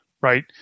right